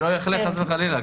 שלא יחלה, חס וחלילה.